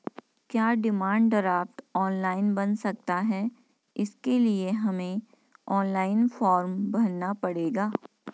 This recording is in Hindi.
क्या डिमांड ड्राफ्ट ऑनलाइन बन सकता है इसके लिए हमें ऑनलाइन फॉर्म भरना पड़ेगा?